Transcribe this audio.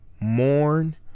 mourn